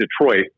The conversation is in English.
Detroit